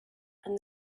and